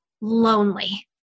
lonely